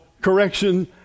correction